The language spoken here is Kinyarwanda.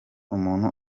umuntu